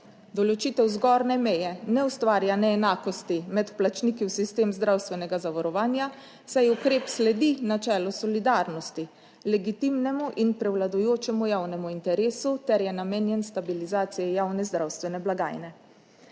Določitev zgornje meje ne ustvarja neenakosti med vplačniki v sistem zdravstvenega zavarovanja, saj ukrep sledi načelu solidarnosti, legitimnemu in prevladujočemu javnemu interesu ter je namenjen stabilizaciji javne zdravstvene blagajne.